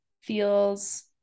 feels